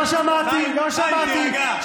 לא שמעתי, חיים, תירגע.